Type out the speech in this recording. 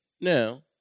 Now